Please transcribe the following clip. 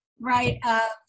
right